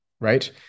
right